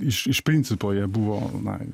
iš iš principo jie buvo na